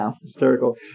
hysterical